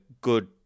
good